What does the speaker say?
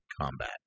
combat